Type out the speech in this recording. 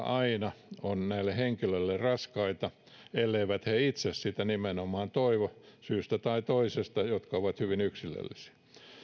aina ovat näille henkilöille raskaita elleivät he itse sitä nimenomaan toivo syystä tai toisesta jotka ovat hyvin yksilöllisiä